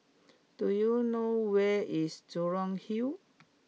do you know where is Jurong Hill